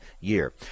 year